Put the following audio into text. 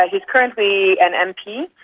like he's currently an mp,